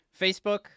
facebook